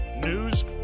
news